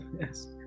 yes